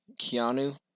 Keanu